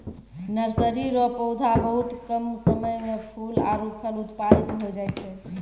nursery रो पौधा बहुत कम समय मे फूल आरु फल उत्पादित होय जाय छै